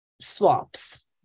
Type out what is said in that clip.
swaps